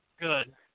good